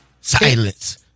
silence